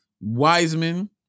Wiseman